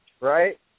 Right